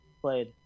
played